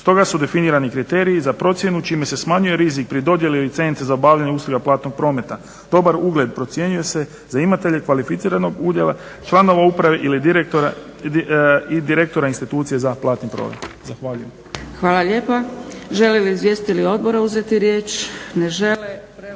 Stoga su definirani kriteriji za procjenu čime se smanjuje rizik pri dodjeli licence za obavljanje usluga platnog prometa. Dobar ugled procjenjuje se za imatelje kvalificiranog udjela, članova uprave i direktora institucije za platni promet. Zahvaljujem.